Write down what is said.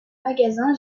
magasins